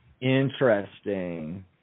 Interesting